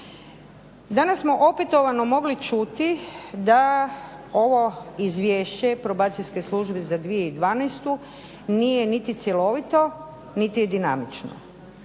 Danas smo opetovano mogli čuti da ovo izvješće Probacijske službe za 2012. nije niti cjelovito niti dinamično.